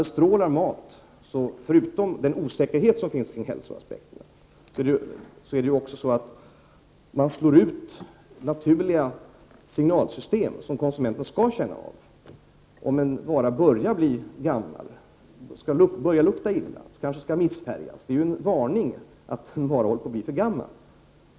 Bestrålning av mat medför, förutom osäkerhet kring hälsoaspekten, också att man slår ut naturliga signalsystem, som konsumenten skall känna av. Om en vara börjar lukta illa och kanske missfärgas är det en varning för att varan börjar bli gammal.